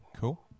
Cool